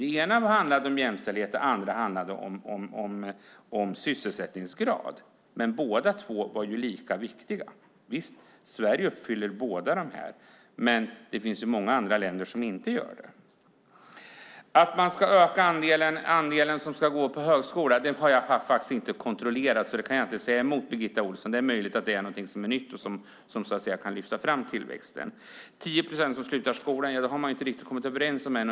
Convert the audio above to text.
Det ena handlade om jämställdhet och det andra om sysselsättningsgrad. Båda två var lika viktiga. Sverige uppfyller båda dessa, men det finns många länder som inte gör det. Uppgiften om att man ska öka andelen som ska studera på högskola har jag inte kontrollerat, så där kan jag inte säga emot Birgitta Ohlsson. Det är möjligt att det är något som är nytt och som kan lyfta fram tillväxten. Att det ska vara mindre än 10 procent som slutar i skolan i förtid har man inte riktigt kommit överens om än.